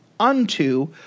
Unto